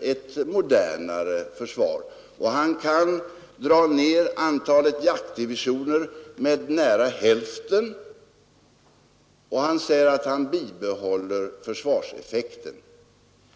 ett modernare försvar. Han kan också dra ner antalet jaktdivisioner med nära hälften och ändå bibehålla försvarseffekten.